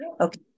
Okay